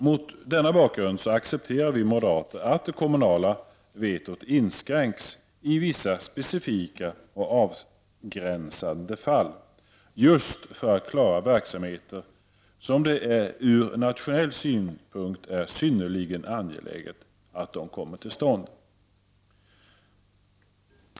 Mot denna bakgrund accepterar vi moderater att det kommunala vetot inskränks i vissa specifika och avgränsade fall, just för att klara verksamheter, där det från nationell synpunkt är synnerligen angeläget att de kommer till stånd.